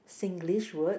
Singlish word